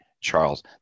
Charles